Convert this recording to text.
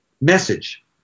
message